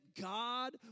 God